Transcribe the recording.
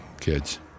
kids